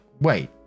wait